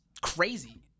crazy